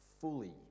fully